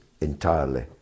entirely